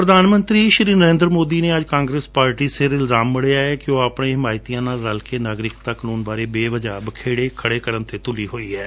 ਪ੍ਰਧਾਨ ਮੰਤਰੀ ਸ਼੍ਰੀ ਨਰੇਂਦਰ ਮੋਦੀ ਨੇ ਅੱਜ ਕਾਂਗਰਸ ਪਾਰਟੀ ਸਿਰ ਇਲਜਾਮ ਲਗਾਇਐ ਕਿ ਉਹ ਆਪਣੇ ਹਿਮਾਇਡੀਆਂ ਨਾਲ਼ ਰਲ ਕੇ ਨਾਗਰਿਕਤਾ ਕਨੂੰਨ ਬਾਰੇ ਬੇਵਜਹ ਬਖੇੜੇ ਖੜੇ ਕਰਣ ਤੇ ਡੁਲੀ ਹੋਈ ਹੈ